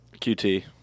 QT